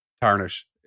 tarnish